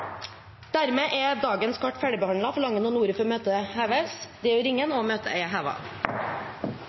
Dermed er dagens kart ferdig behandlet. Forlanger noen ordet før møtet heves? – Møtet er